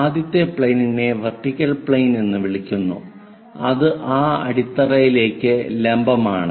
ആദ്യത്തെ പ്ലെയിനിനെ vertical plane എന്ന് വിളിക്കുന്നു അത് ആ അടിത്തറയിലേക്ക് ലംബമാണ്